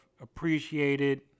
appreciated